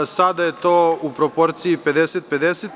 Sada je to u proporciji 50-50.